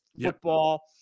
football